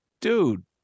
dude